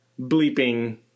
bleeping